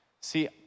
See